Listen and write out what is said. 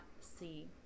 see